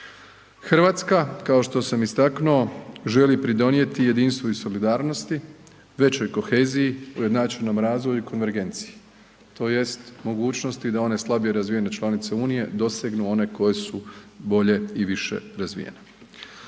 Hrvatska, kao što sam istaknuo želi pridonijeti jedinstvu i solidarnosti većoj koheziji, ujednačenom razvoju i konvergenciji tj. mogućnosti da one slabije razvijene članice unije dosegnu one koje su bolje i više razvijene.